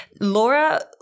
Laura